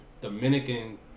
Dominican